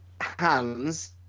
hands